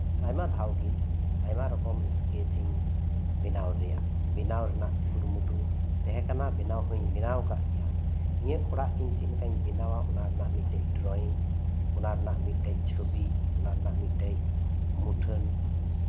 ᱟᱭᱢᱟ ᱫᱷᱟᱶ ᱜᱮ ᱟᱭᱢᱟ ᱨᱚᱠᱚᱢ ᱮᱥᱠᱮᱪ ᱜᱮ ᱵᱮᱱᱟᱣ ᱜᱮᱭᱟ ᱵᱮᱱᱟᱣ ᱨᱮᱱᱟᱜ ᱠᱩᱨᱩᱢᱩᱴᱩ ᱛᱟᱦᱮᱸ ᱠᱟᱱᱟ ᱵᱟᱱᱟᱣ ᱦᱚᱧ ᱵᱮᱱᱟᱣ ᱠᱟᱜ ᱜᱮᱭᱟ ᱤᱧᱟᱹᱜ ᱚᱲᱟᱜ ᱪᱮᱫ ᱞᱮᱠᱟᱧ ᱵᱮᱱᱟᱣᱟ ᱚᱱᱟ ᱨᱮᱱᱟᱜ ᱢᱤᱫᱴᱮᱡ ᱰᱚᱨᱭᱤᱝ ᱚᱱᱟ ᱨᱮᱱᱟᱜ ᱢᱤᱫᱴᱟᱝ ᱪᱷᱚᱵᱤ ᱢᱤᱫᱴᱟᱝ ᱢᱩᱴᱷᱟᱹᱱ